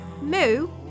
Moo